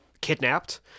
kidnapped